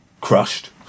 crushed